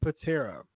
Patera